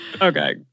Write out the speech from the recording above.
okay